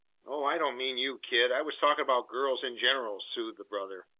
oh, i didn't mean you, kid i was talking about girls in general, soothed the brother.